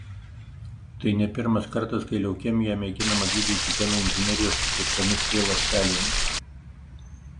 tai ne pirmas kartas kai leukemiją mėginama gydyti genų inžinerijos pakeistomis t ląstelėmis